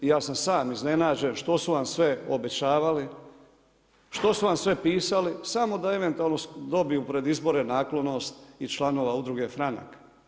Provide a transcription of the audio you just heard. I ja sam sam iznenađen što su vam sve obećavali, što su vam sve pisali samo da eventualno dobiju pred izbore naklonost i članova Udruge Franak.